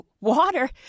water